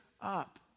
up